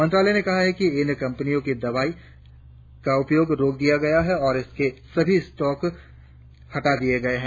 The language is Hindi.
मंत्रालय ने कहा कि इस कंपनी की दवा का उपयोग रोक दिया गया है और इसके सभी उपलब्ध स्टॉक हटा लिया गए हैं